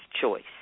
choice